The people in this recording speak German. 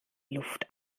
luft